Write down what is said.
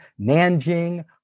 Nanjing